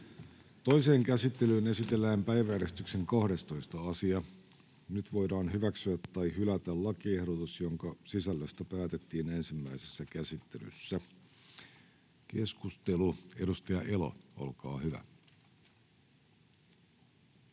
Toiseen käsittelyyn esitellään päiväjärjestyksen 12. asia. Nyt voidaan hyväksyä tai hylätä lakiehdotus, jonka sisällöstä päätettiin ensimmäisessä käsittelyssä. — Keskustelu, edustaja Elo, olkaa hyvä.